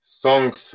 songs